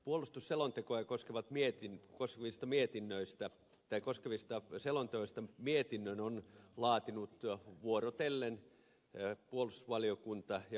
puolustusselontekoa koskeva mietin kosmista mietinnöistä tai koskevista selonteoista mietinnön ovat laatineet vuorotellen puolustusvaliokunta ja ulkoasiainvaliokunta